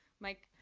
mike,